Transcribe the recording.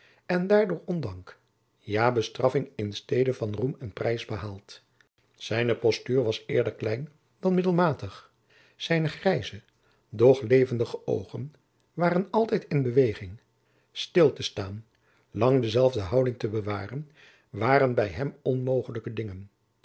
en daardoor ondank ja bestraffing in stede van roem en prijs behaald zijne postuur was eerder klein dan middelmatig zijne grijze doch levendige oogen waren altijd in beweging stil te staan lang dezelfde houding te bewaren waren bij hem onmogelijke dingen